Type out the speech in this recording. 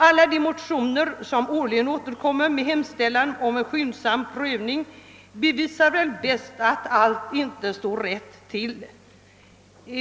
Alla de motioner som årligen återkommer med hemställan om en skyndsam prövning bevisar väl bäst att allt inte står rätt till.